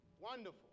Wonderful